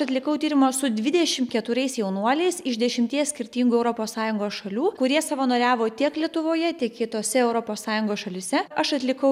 atlikau tyrimą su dvidešim keturiais jaunuoliais iš dešimties skirtingų europos sąjungos šalių kurie savanoriavo tiek lietuvoje tiek kitose europos sąjungos šalyse aš atlikau